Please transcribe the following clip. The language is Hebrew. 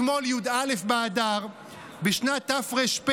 אתמול, י"א באדר בשנת תר"פ,